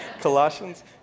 Colossians